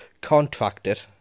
Contracted